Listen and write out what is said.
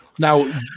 Now